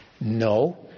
no